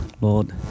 Lord